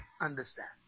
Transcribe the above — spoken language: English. understand